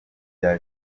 bya